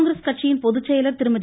காங்கிரஸ் கட்சியின் பொதுச்செயலர் திருமதி